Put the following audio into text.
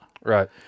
Right